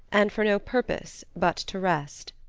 and for no purpose but to rest.